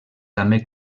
també